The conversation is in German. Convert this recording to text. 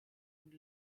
und